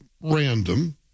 random